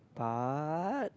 but